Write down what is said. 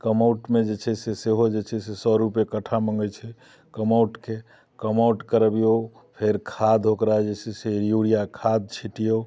कमौटमे जे छै से सेहो जे छै से सए रुपैये कट्ठा मङै छै कमौटके कमौट करबियौ फेर खाद ओकरा जे छै से यूरिया खाद छिटियौ